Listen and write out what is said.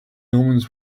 omens